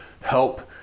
help